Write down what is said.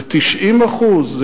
זה 90%?